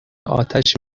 اتش